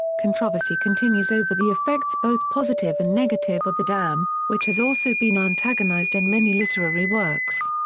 controversy continues over the effects both positive and negative of the dam, which has also been antagonized in many literary works.